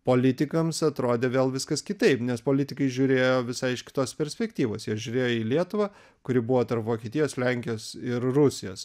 politikams atrodė vėl viskas kitaip nes politikai žiūrėjo visai iš kitos perspektyvos jie žiūrėjo į lietuvą kuri buvo tarp vokietijos lenkijos ir rusijos